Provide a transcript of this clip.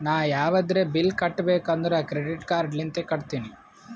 ನಾ ಯಾವದ್ರೆ ಬಿಲ್ ಕಟ್ಟಬೇಕ್ ಅಂದುರ್ ಕ್ರೆಡಿಟ್ ಕಾರ್ಡ್ ಲಿಂತೆ ಕಟ್ಟತ್ತಿನಿ